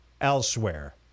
elsewhere